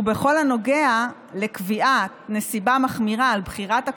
ובכל הנוגע לקביעת נסיבה מחמירה על בחירת הקורבן,